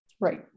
Right